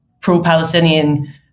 pro-Palestinian